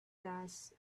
gas